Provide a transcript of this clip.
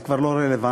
זה כבר לא רלוונטי.